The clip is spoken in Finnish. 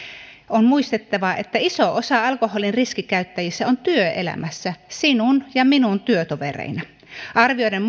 on muistettava että iso osa alkoholin riskikäyttäjistä on työelämässä sinun ja minun työtovereina arvioiden